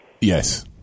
Yes